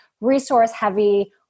resource-heavy